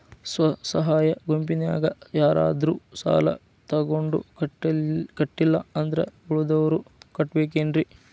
ಸ್ವ ಸಹಾಯ ಗುಂಪಿನ್ಯಾಗ ಯಾರಾದ್ರೂ ಸಾಲ ತಗೊಂಡು ಕಟ್ಟಿಲ್ಲ ಅಂದ್ರ ಉಳದೋರ್ ಕಟ್ಟಬೇಕೇನ್ರಿ?